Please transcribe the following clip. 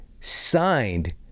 signed